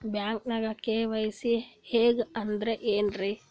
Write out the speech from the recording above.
ಬ್ಯಾಂಕ್ದಾಗ ಕೆ.ವೈ.ಸಿ ಹಂಗ್ ಅಂದ್ರೆ ಏನ್ರೀ?